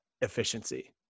efficiency